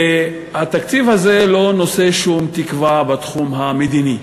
התקציב הזה לא נושא שום תקווה בתחום המדיני.